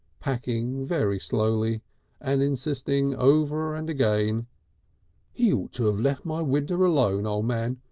packing very slowly and insisting over and again he ought to have left my window alone, o' man.